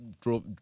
drove